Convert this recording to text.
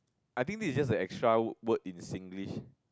I think this is just a extra word in Singlish